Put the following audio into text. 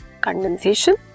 condensation